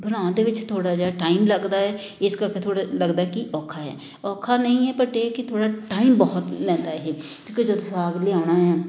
ਬਣਾਉਣ ਦੇ ਵਿੱਚ ਥੋੜ੍ਹਾ ਜਿਹਾ ਟਾਈਮ ਲੱਗਦਾ ਹੈ ਇਸ ਕਰਕੇ ਥੋੜ੍ਹਾ ਲੱਗਦਾ ਕਿ ਔਖਾ ਹੈ ਔਖਾ ਨਹੀਂ ਹੈ ਬਟ ਇਹ ਕਿ ਥੋੜ੍ਹਾ ਟਾਈਮ ਬਹੁਤ ਲੈਂਦਾ ਇਹ ਕਿਉਂਕਿ ਜਦੋਂ ਸਾਗ ਲਿਆਉਣਾ ਆ